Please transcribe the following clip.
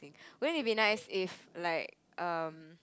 wouldn't it be nice if like um